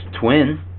twin